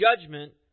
judgment